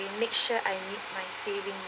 will make sure I meet my saving